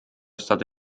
state